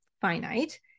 finite